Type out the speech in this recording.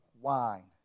wine